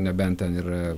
nebent ten yra